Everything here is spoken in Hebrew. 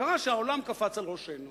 קרה שהעולם קפץ על ראשנו,